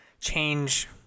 change